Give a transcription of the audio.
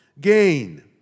gain